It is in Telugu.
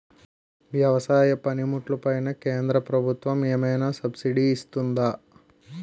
వ్యవసాయ పనిముట్లు పైన కేంద్రప్రభుత్వం ఏమైనా సబ్సిడీ ఇస్తుందా?